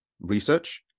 research